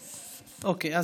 אוקיי.